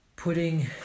Putting